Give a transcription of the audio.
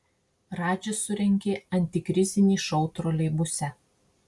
radžis surengė antikrizinį šou troleibuse